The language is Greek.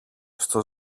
στον